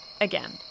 Again